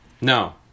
No